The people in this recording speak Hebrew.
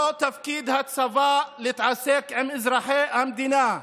לא תפקיד הצבא להתעסק עם אזרחי המדינה.